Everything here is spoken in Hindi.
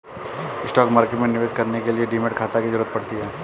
स्टॉक मार्केट में निवेश करने के लिए डीमैट खाता की जरुरत पड़ती है